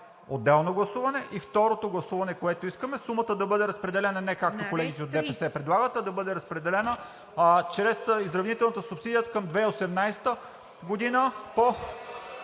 отделно гласуване. Второто гласуване, което искаме – сумата да бъде разпределена не както колегите от ДПС предлагат, а да бъде разпределена чрез изравнителната субсидия от към 2018 г.